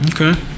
Okay